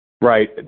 Right